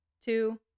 two